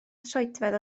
troedfedd